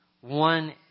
One